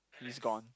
he's gone